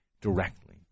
directly